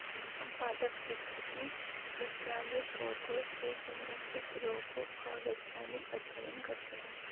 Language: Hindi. हम पादप विकृति विज्ञान में पौधों से संबंधित रोगों का वैज्ञानिक अध्ययन करते हैं